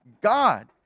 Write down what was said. God